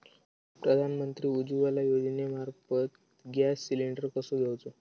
प्रधानमंत्री उज्वला योजनेमार्फत gas cylinder कसो घेऊचो?